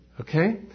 Okay